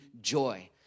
joy